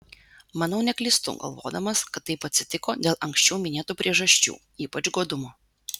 manau neklystu galvodamas kad taip atsitiko dėl anksčiau minėtų priežasčių ypač godumo